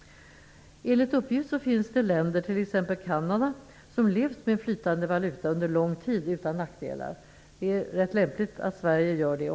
Enligt uppgift finns det länder, t.ex. Kanada, som levt med flytande valuta under lång tid utan nackdelar. Det är lämpligt att också Sverige gör det.